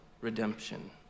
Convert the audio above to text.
redemption